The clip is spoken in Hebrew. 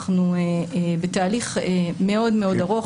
אנחנו בתהליך מאוד מאוד ארוך.